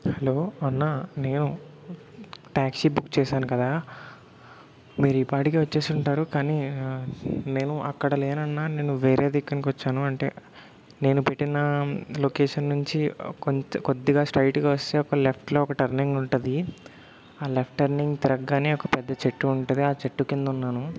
hello అన్నా నేను taxi book చేశాను కదా మీరీపాటికి వచ్చేసుంటారు కానీ నేను అక్కడ లేనన్నా నేను వేరే దిగ్గకనికొచ్చాను అంటే నేను పెట్టిన లొకేషన్ నుంచి కొంచెం కొద్దిగా స్ట్రయిట్గా వస్తే ఒక లెఫ్ట్లో ఒక టర్నింగ్ ఉంటుంది ఆ లెఫ్ట్ టర్నింగ్ తిరగ్గానే ఒక పెద్ద చెట్టు ఉంటుంది ఆ చెట్టు కిందున్నాను